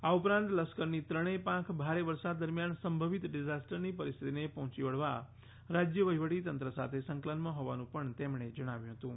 આ ઉપરાંત લશ્કરની ત્રણેય પાંખ ભારે વરસાદ દરમ્યાન સંભવિત ડીઝાસ્ટરની પરિસ્થિતિને પહોંચી વળવા રાજ્ય વહીવટીતંત્ર સાથે સંકલનમાં હોવાનું પણ તેમણે જણાવ્યુ હતું